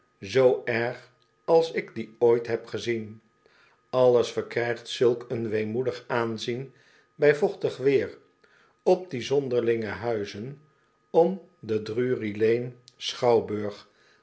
zoo erg als ik dien ooit heb gezien alles verkrijgt zulk een weemoedig aanzien bij vochtig weer op die zonderlinge huizen om den drury-lane